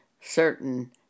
certain